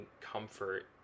comfort